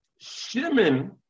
Shimon